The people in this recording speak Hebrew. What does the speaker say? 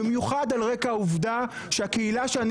במיוחד על רקע העובדה שהקהילה שאני